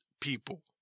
people